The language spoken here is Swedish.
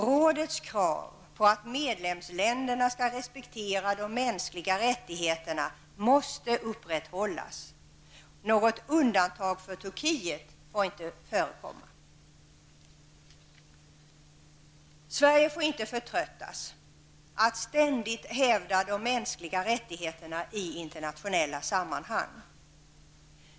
Rådets krav på att medlemsländerna skall respektera de mänskliga rättigheterna måste upprätthållas. Någon undantag för Turkiet får inte förekomma. Sverige får inte förtröttas när det gäller att ständigt hävda de mänskliga rättigheterna i internationella sammanhang.